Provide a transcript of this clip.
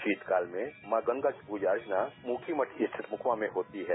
शीतकाल में मां गंगा की पूजा अर्चना मुखी मठ के छठ मुखवा में होती है